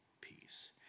peace